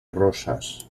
rosas